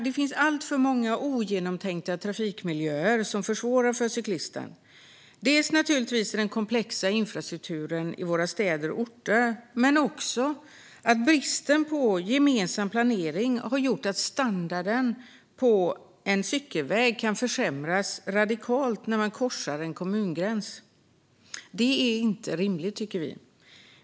Det finns alltför många ogenomtänkta trafikmiljöer som försvårar för cyklisten i den komplexa infrastrukturen i våra städer och orter, men bristen på gemensam planering har också gjort att standarden på en cykelväg kan försämras radikalt när man korsar en kommungräns. Det är inte rimligt, tycker vi.